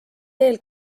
veel